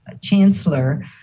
chancellor